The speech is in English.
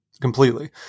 completely